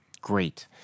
Great